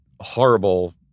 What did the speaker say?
horrible